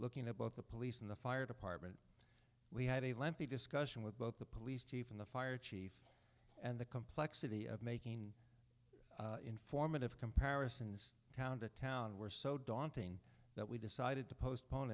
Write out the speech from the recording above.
looking at both the police and the fire department we had a lengthy discussion with both the police chief and the fire chief and the complexity of making informative comparisons town to town were so daunting that we decided to postpone